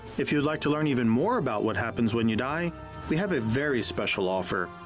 if you would like to learn even more about what happens when you die we have a very special offer,